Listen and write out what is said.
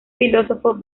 filósofo